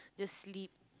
just sleep